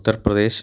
Uttar Pradesh